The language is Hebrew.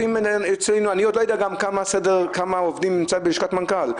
אני לא יודע כמה עובדים נמצאים בלשכת מנכ"ל,